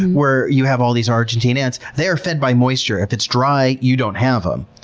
where you have all these argentine ants, they are fed by moisture. if it's dry, you don't have them.